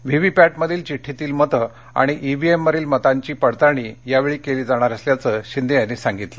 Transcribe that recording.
VVPAT मधील चिठ्ठीतील मते आणि आणि ईव्हीएम वरील मतांची पडताळणी यावेळी केली जाणार असल्याचं शिंदे यांनी सांगितलं